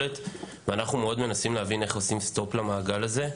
ואנו מנסים להבין איך עוצרים את המעגל הזה.